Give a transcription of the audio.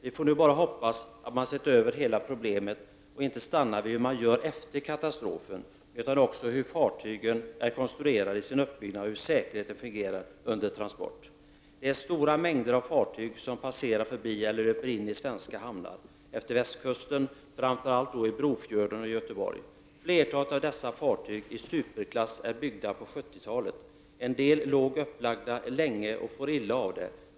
Vi får nu bara hoppas att kommissionen har sett över hela problemet och att den inte har stannat vid vad som sker när katastrofen har inträffat utan också har undersökt hur fartygen är konstruerade och hur säkerheten fungerar under transport. Det är stora mängder fartyg som passerar förbi eller löper in i svenska hamnar efter västkusten, framför allt i Brofjorden och i Göteborg. Flertalet av dessa fartyg i superklass är byggda på 70-talet. En del låg upplagda länge och for illa av det.